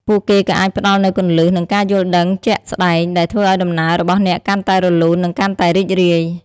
ពួកគេក៏អាចផ្តល់នូវគន្លឹះ និងការយល់ដឹងជាក់ស្តែងដែលធ្វើឲ្យដំណើររបស់អ្នកកាន់តែរលូន និងកាន់តែរីករាយ។